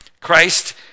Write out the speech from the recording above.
Christ